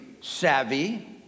savvy